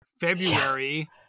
February